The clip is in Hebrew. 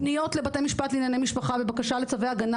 הפניות לבתי המשפט לענייני משפחה בבקשה לצווי הגנה